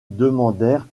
demandèrent